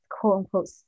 quote-unquote